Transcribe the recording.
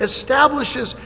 establishes